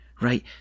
right